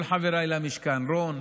כל חבריי למשכן, רון,